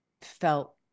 felt